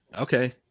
Okay